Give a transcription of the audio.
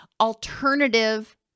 alternative